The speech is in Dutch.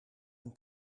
een